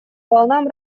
волнам